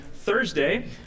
Thursday